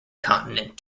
continent